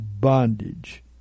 bondage